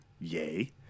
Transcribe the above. Yay